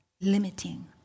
limiting